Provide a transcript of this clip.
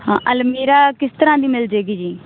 ਹਾਂ ਅਲਮੀਰਾ ਕਿਸ ਤਰ੍ਹਾਂ ਦੀ ਮਿਲ ਜਾਵੇਗੀ ਜੀ